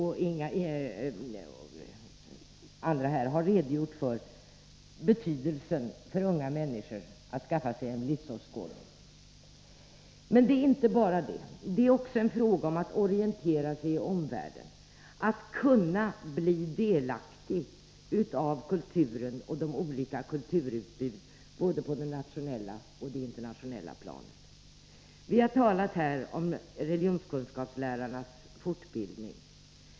Ulla Tillander och andra har här redogjort för vilken betydelse den har för unga människor när det gäller att skaffa sig en livsåskådning. Men det är inte bara det. Religionsundervisningen har också betydelse för förmågan att orientera sig i omvärlden, för möjligheten att bli delaktig i kulturen och ta del av de olika kulturutbuden både på det nationella och på det internationella planet. Vi har här talat om religionskunskapslärarnas fortbildning.